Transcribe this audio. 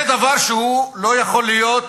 זה דבר שהוא לא יכול להיות,